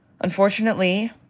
unfortunately